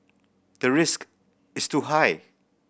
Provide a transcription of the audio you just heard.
the risk is too high